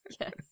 Yes